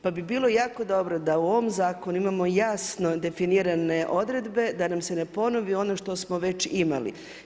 Pa bi bilo jako dobro, da u ovom zakonu, imamo jasno definirane odredbe, da nam se ne ponovi ono što smo već imali.